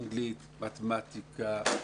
אנגלית, מתמטיקה,